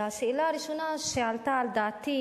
השאלה הראשונה שעלתה על דעתי